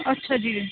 ਅੱਛਾ ਜੀ